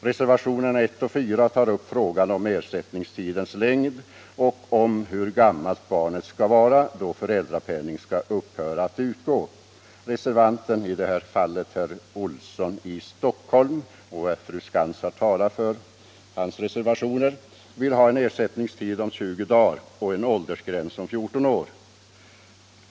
Reservationerna 1 och 4 tar upp frågan om ersättningstidens längd och om hur gammalt barnet skall vara då föräldrapenning skall upphöra att utgå. Reservanten — i det här fallet herr Olsson i Stockholm, vars reservationer fru Lantz har talat för — vill ha en ersättningstid på 20 dagar och en åldersgräns på 14 år.